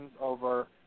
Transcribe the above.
over